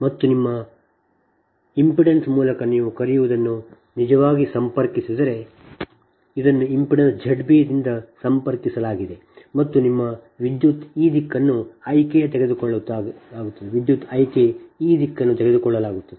ಮತ್ತು ಇದು ನಿಮ್ಮ ಇಂಪೆಡೆನ್ಸ್ ಮೂಲಕ ನೀವು ಕರೆಯುವದನ್ನು ನಿಜವಾಗಿ ಸಂಪರ್ಕಿಸಿದೆ ಇದನ್ನು ಇಂಪೆಡೆನ್ಸ್ Z b ದಿಂದ ಸಂಪರ್ಕಿಸಲಾಗಿದೆ ಮತ್ತು ನಿಮ್ಮ ವಿದ್ಯುತ್ ಈ ದಿಕ್ಕನ್ನು I k ತೆಗೆದುಕೊಳ್ಳಲಾಗುತ್ತದೆ